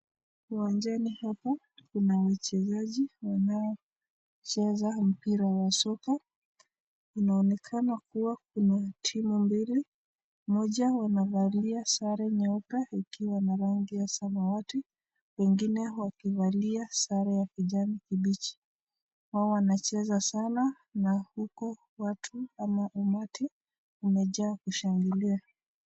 Uwanjani hapa kuna wachezaji wanaocheza mpira wa soka inaonekana kuwa kuna timu mbili moja wanavalia sare nyeupe ikia na rangi ya samawati wengine wakivalia sare ya kijani kibichi wao wanacheza sana huku na huku watu ama umati umejaa kushangilia.